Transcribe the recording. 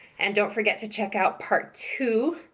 and don't forget to check out part two,